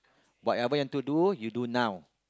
whatever want to do you do now